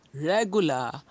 regular